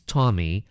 Tommy